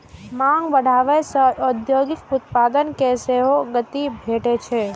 मांग बढ़ै सं औद्योगिक उत्पादन कें सेहो गति भेटै छै